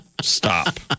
Stop